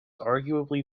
arguably